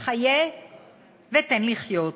"חיה ותן לחיות".